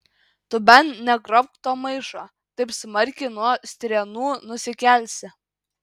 tu bent negrobk to maišo taip smarkiai nuo strėnų nusikelsi